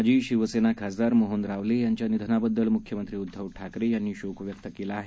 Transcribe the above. माजीशिवसेनाखासदारमोहनरावलेयांच्यानिधनाबद्दलमुख्यमंत्रीउद्दवठाकरेयांनीशोकव्यक्तकेलाआहे